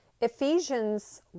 Ephesians